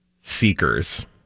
seekers